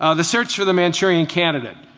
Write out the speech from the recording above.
ah the search for the manchurian candidate.